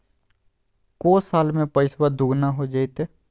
को साल में पैसबा दुगना हो जयते?